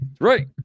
Right